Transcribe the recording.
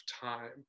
time